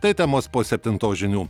tai temos po septintos žinių